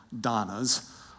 Donna's